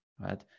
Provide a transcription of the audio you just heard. right